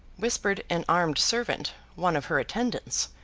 whispered an armed servant, one of her attendants,